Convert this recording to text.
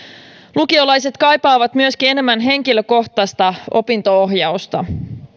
lukiolaiset kaipaavat myöskin enemmän henkilökohtaista opinto ohjausta